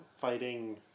fighting